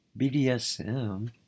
BDSM